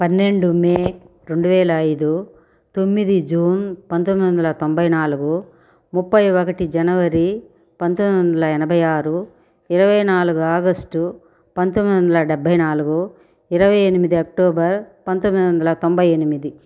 పన్నెండు మే రెండు వేల ఐదు తొమ్మిది జూన్ పంతొమ్దొందల తొంభై నాలుగు ముఫై ఒకటి జనవరి పంతొమ్దొందల ఎనభై ఆరు ఇరవై నాలుగు ఆగష్టు పంతొమ్దొందల డభై నాలుగు ఇరవై ఎనిమిది అక్టోబర్ పంతొమ్దొందల తొంభై ఎనిమిది